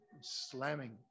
slamming